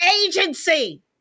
agency